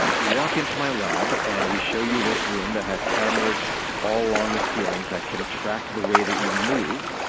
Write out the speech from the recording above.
you walk into my lab and we show you this room that has cameras all along the ceiling that can track the way that you move.